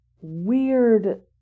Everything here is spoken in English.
weird